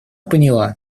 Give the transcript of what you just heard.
поняла